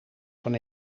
van